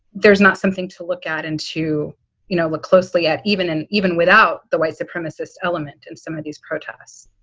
there is not something to look at and to you know look closely at even an even without the white supremacist element in some of these protests